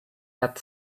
had